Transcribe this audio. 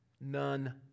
none